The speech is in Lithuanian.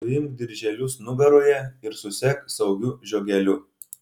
suimk dirželius nugaroje ir susek saugiu žiogeliu